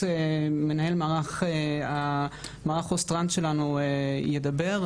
עובד סוציאלי ומנהל מערך העובדים הסוציאליים שלנו ידבר,